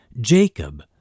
Jacob